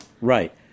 Right